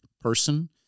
person